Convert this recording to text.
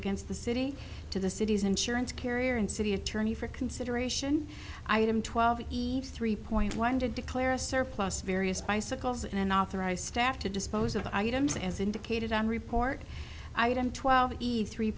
against the city to the city's insurance carrier and city attorney for consideration item twelve eat three point one to declare a surplus various bicycles and authorize staff to dispose of the items as indicated on report item twelve e's three